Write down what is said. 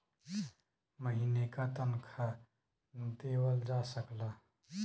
महीने का तनखा देवल जा सकला